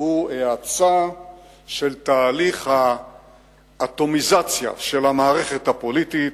הוא האצה של תהליך האטומיזציה של המערכת הפוליטית,